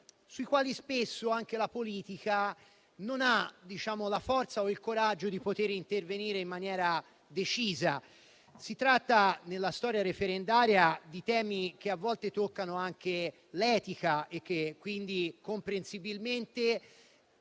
sui quali spesso anche la politica non ha la forza o il coraggio di intervenire in maniera decisa. Si tratta nella storia referendaria di temi che a volte toccano anche l'etica e che quindi, comprensibilmente,